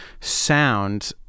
sound